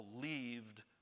believed